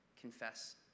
confess